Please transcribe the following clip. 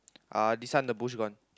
uh this one the bush gone